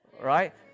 right